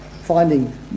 finding